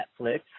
Netflix